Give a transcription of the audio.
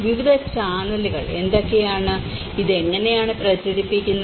വിവിധ ചാനലുകൾ എന്തൊക്കെയാണ് ഇത് എങ്ങനെയാണ് പ്രചരിപ്പിക്കുന്നത്